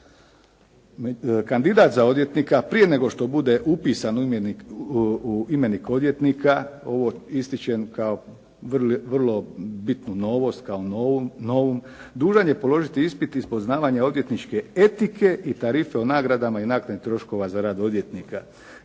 Kandidat za odvjetnika prije nego što bude u imenik odvjetnika, ovo ističem kao vrlo bitnu novost kao novu, dužan je položiti ispit iz poznavanja odvjetničke etike i tarife o nagradama i naknadama troškova za rad odvjetnika.